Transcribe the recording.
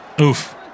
Oof